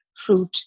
fruit